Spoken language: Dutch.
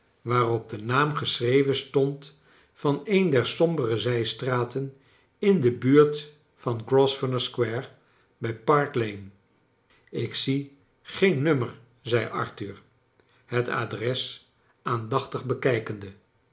waarop de naam geschreven stond van een der sombere zijstraten in de buurt van grosvernor square bij park lane ik zie geen nummer zei arthur het adres aandachtig bekijkende